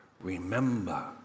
remember